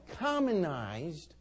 commonized